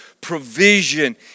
provision